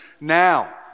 now